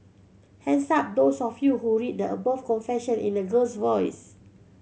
hands up those of you who read the above confession in a girl's voice